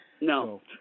No